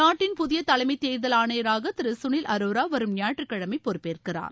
நாட்டின் புதிய தலைமை தேர்தல் ஆணையராக திரு சுனில் அரோரா வரும் ஞாயிற்றுக்கிழமை பொறுப்பேற்கிறார்